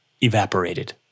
evaporated